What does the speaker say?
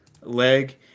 leg